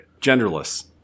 Genderless